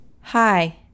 Hi